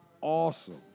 Awesome